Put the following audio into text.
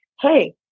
hey